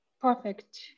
perfect